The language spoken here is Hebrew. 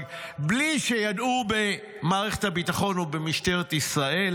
בלי שידעו במערכת הביטחון או במשטרת ישראל